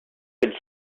could